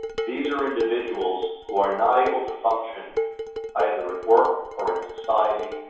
these are individuals who are not able to function either at work or in society,